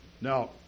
Now